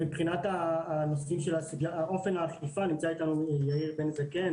מבחינת אופן האכיפה נמצא איתנו יאיר בן זקן,